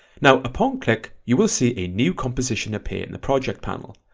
now upon click you will see a new composition appear in the project panel.